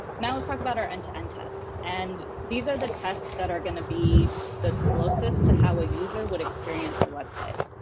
now let's talk about our and end-to-end and tests. and these are the tests that are going to be the closest to how a user would experience our website.